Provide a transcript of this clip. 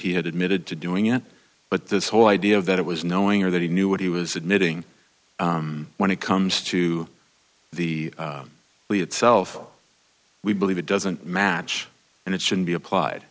he had admitted to doing it but this whole idea of it was knowing or that he knew what he was admitting when it comes to the plea itself we believe it doesn't match and it shouldn't be applied